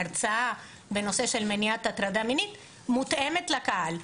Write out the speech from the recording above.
הרצאה בנושא של מניעת הטרדה מינית מותאמת לקהל.